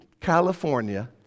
california